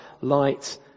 light